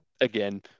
again